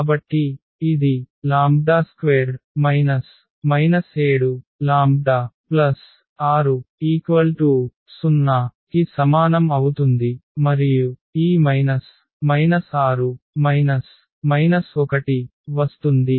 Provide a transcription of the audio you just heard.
కాబట్టి ఇది λ² 7λ60 కి సమానం అవుతుంది మరియు ఈ 6 1 వస్తుంది